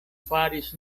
faris